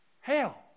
hell